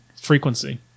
frequency